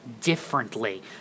differently